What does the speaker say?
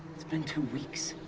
it's been two weeks.